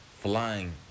flying